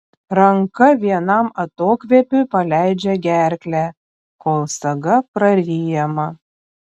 ranka vienam atokvėpiui paleidžia gerklę kol saga praryjama